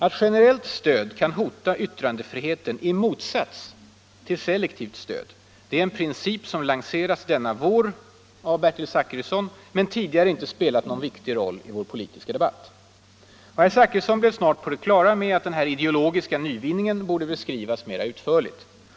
Att generellt stöd kan hota yttrandefriheten i motsats till selektivt stöd är en princip som lanserats denna vår av Bertil Zachrisson men tidigare inte spelat någon viktig roll i vår politiska debatt. Herr Zachrisson blev snart på det klara med att denna ideologiska nyvinning borde beskrivas mer utförligt.